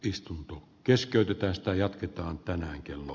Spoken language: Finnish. istunto keskeytyi tästä jatketaan tänään kello